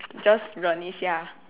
just 忍一下